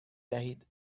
دهید